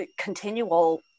continual